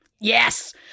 Yes